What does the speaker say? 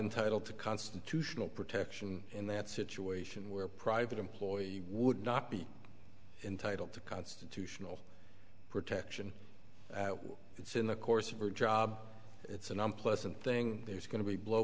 entitled to constitutional protection in that situation where private employee would not be entitled to constitutional protection it's in the course of her job it's an unpleasant thing there's go